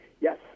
Yes